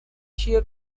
sheer